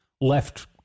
left